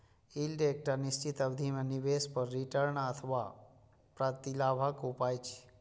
yield एकटा निश्चित अवधि मे निवेश पर रिटर्न अथवा प्रतिलाभक उपाय छियै